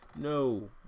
no